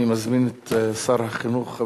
אני מזמין את שר החינוך,